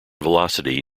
velocity